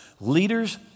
Leaders